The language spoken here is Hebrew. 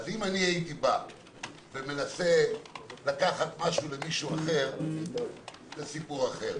אם הייתי בא ומנסה לקחת משהו למישהו אחר זה סיפור אחר.